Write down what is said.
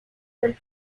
del